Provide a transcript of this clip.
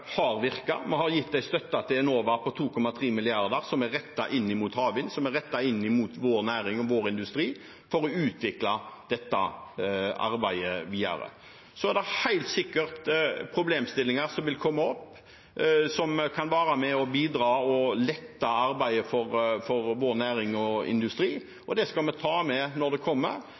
er rettet inn mot havvind, og som er rettet inn mot vår næring og vår industri, for å utvikle dette arbeidet videre. Det er helt sikkert problemstillinger som vil komme opp, hvor vi kan være med og bidra til å lette arbeidet for vår næring og industri, og det skal vi ta når det kommer.